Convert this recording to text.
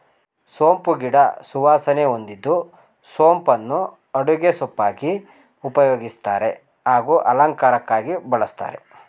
ಸೋಂಪು ಗಿಡ ಸುವಾಸನೆ ಹೊಂದಿದ್ದು ಸೋಂಪನ್ನು ಅಡುಗೆ ಸೊಪ್ಪಾಗಿ ಉಪಯೋಗಿಸ್ತಾರೆ ಹಾಗೂ ಅಲಂಕಾರಕ್ಕಾಗಿ ಬಳಸ್ತಾರೆ